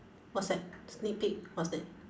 what's that sneak peak what's that